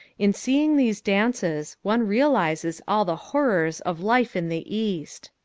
in seeing these dances one realizes all the horrors of life in the east.